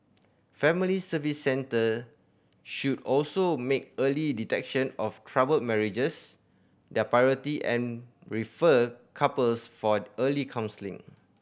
Family Service Centre should also make early detection of troubled marriages their priority and refer couples for early counselling